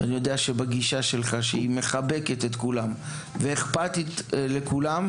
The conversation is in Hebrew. ואני יודע שבגישה שלך שהיא מחבקת את כולם ואכפתית לכולם,